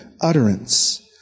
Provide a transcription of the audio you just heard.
utterance